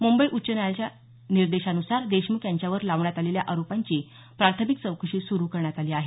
मुंबई उच्च न्यायालयाच्या निर्देशानुसार देशमुख यांच्यावर लावण्यात आलेल्या आरोपांची प्राथमिक चौकशी सुरु करण्यात आली आहे